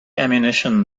ammunition